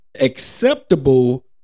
acceptable